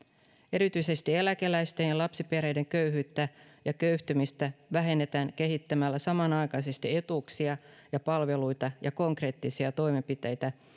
erityisesti eläkeläisten ja lapsiperheiden köyhyyttä ja köyhtymistä vähennetään kehittämällä samanaikaisesti etuuksia ja palveluita ja konkreettisia toimenpiteitä